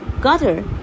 Gutter